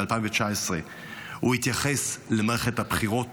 ב-2019 הוא התייחס למערכת הבחירות